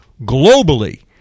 globally